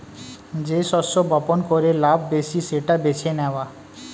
যেই শস্য বপন করে লাভ বেশি সেটা বেছে নেওয়া